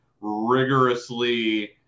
rigorously